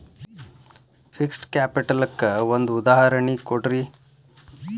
fixed capital ಕ್ಕ ಒಂದ್ ಉದಾಹರ್ಣಿ ಕೊಡ್ರಿ